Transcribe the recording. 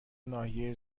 ناحیه